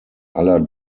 aller